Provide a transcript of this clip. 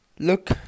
Look